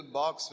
box